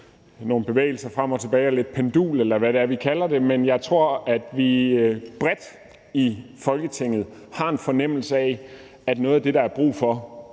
nogle bevægelser frem og tilbage, nogle pendulbevægelser, eller hvad det er, vi kalder det. Jeg tror, at vi bredt i Folketinget har en fornemmelse af, at noget af det, der er brug for